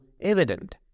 evident